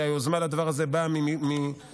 כי היוזמה לדבר הזה באה מסיעתך,